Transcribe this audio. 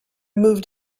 moved